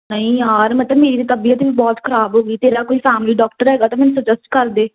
ਨਹੀਂ ਯਾਰ ਪਤਾ ਮੇਰੀ ਤਾਂ ਤਬੀਅਤ ਵੀ ਬਹੁਤ ਖ਼ਰਾਬ ਹੋ ਗਈ ਤੇਰਾ ਕੋਈ ਫੈਮਲੀ ਡਾਕਟਰ ਹੈਗਾ ਤਾਂ ਮੈਨੂੰ ਸੁਜੈਸਟ ਕਰ ਦੇ